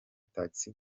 taxi